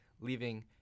leaving